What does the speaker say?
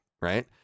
right